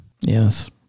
Yes